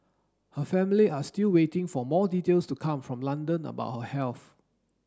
her family are still waiting for more details to come from London about her health